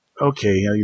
Okay